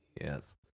yes